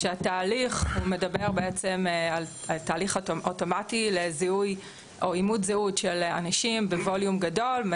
כשהתהליך מדבר על תהליך אוטומטי לאימות זהות של אנשים בווליום גדול.